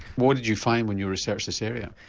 what did you find when you researched this area?